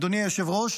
אדוני היושב-ראש,